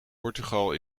portugal